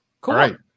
cool